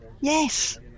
yes